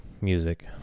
music